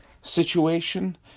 situation